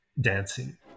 dancing